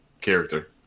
character